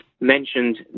mentioned